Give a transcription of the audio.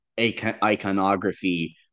iconography